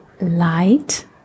light